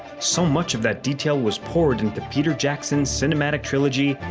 so much of that detail was poured into peter jackson's cinematic trilogy,